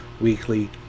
weekly